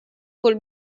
cul